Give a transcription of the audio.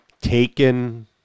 taken